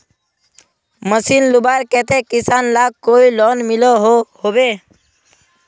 Machine लुबार केते किसान लाक कोई लोन मिलोहो होबे?